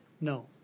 No